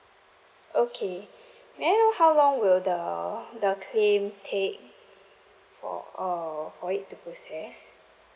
okay may I know how long will the the claim take for uh for it to process